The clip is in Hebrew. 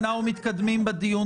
אנחנו מתקדמים בדיון.